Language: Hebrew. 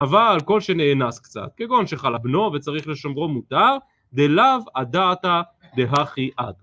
אבל כל שנאנס קצת כגון שחלה בנו וצריך לשמור מותר, דליו עדה אתה דהכי עד